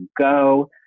go